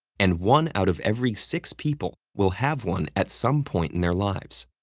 and one out of every six people will have one at some point in their lives.